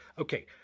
Okay